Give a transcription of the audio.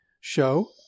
show